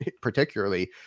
particularly